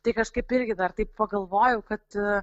tai kažkaip irgi dar taip pagalvojau kad